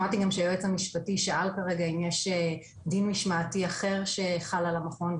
שמעתי גם שהיועץ המשפטי שאל כרגע אם יש דין משמעתי אחר שחל על המכון,